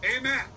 Amen